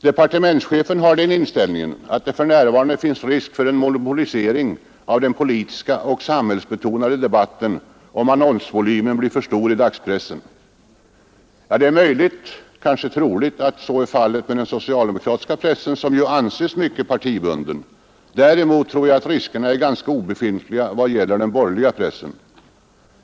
Departementschefen har den inställningen att det för närvarande finns risk för en monopolisering av den politiska och samhällsbetonade debatten, om annonsvolymen blir för stor i dagspressen. Det är möjligt — kanske troligt — att så blir fallet med den socialdemokratiska pressen, som ju anses mycket partibunden. Däremot tror jag att riskerna är ganska obefintliga vad gäller den borgerliga pressen.